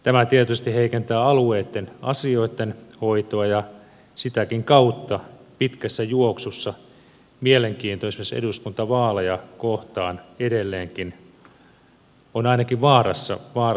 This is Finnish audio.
tämä tietysti heikentää alueitten asioitten hoitoa ja sitäkin kautta pitkässä juoksussa mielenkiinto esimerkiksi eduskuntavaaleja kohtaan edelleenkin on ainakin vaarassa laskea